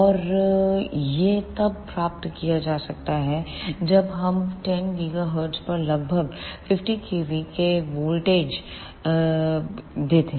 और यह तब प्राप्त किया जा सकता है जब हम 10 GHz पर लगभग 50 KV के DC वोल्टेज देते हैं